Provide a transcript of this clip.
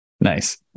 Nice